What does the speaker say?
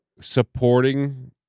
supporting